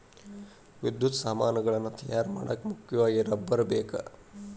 ವಿದ್ಯುತ್ ಸಾಮಾನುಗಳನ್ನ ತಯಾರ ಮಾಡಾಕ ಮುಖ್ಯವಾಗಿ ರಬ್ಬರ ಬೇಕ